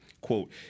Quote